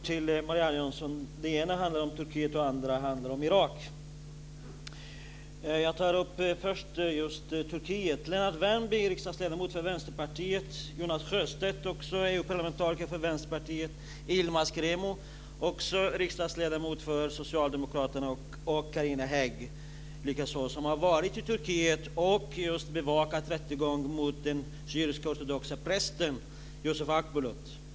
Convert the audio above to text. Fru talman! Jag har egentligen två frågor till Marianne Jönsson. Den ena handlar om Turkiet och den andra handlar om Irak. Jag tar först upp frågan om Socialdemokraterna och Carina Hägg, likaså, har varit i Turkiet och bevakat rättegången mot den syrisk-ortodoxa prästen Yusuf Akbulut.